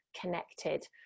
connected